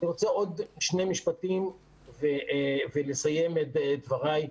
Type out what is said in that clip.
אני רוצה עוד שני משפטים ואסיים את דבריי.